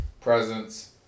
presents